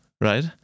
right